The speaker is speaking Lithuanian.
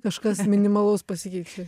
kažkas minimalaus pasikeičia